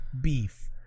beef